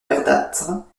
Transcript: verdâtre